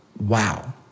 Wow